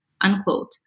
unquote